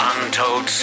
Untold